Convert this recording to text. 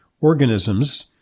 organisms